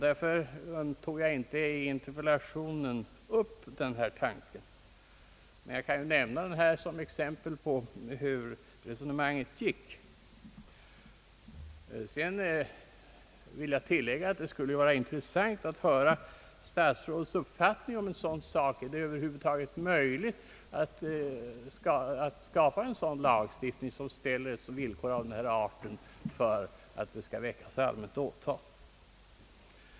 Därför tog jag i interpellationen inte upp denna tanke, men jag kan ju nämna den här som exempel på hur resonemanget gick. Jag vill tillägga att det skulle vara intressant att höra statsrådets uppfattning om det över huvud taget är möjligt att skapa en sådan lagstiftning som uppställer villkor av denna art för att det skall väckas allmänt åtal.